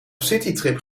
citytrip